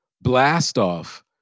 Blast-off